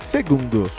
Segundo